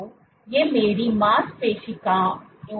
तो ये मेरी मांसपेशियों की कोशिकाएं हैं